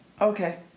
Okay